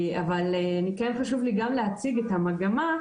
אבל כן חשוב לי גם להציג את המגמה,